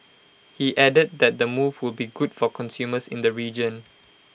he added that the move will be good for consumers in the region